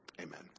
Amen